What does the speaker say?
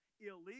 illegal